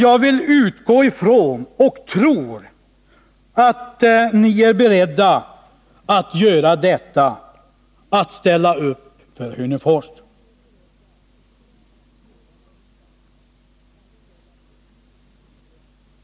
Jag vill utgå ifrån och tro att ni är beredda att göra detta — att ställa upp för Hörnefors.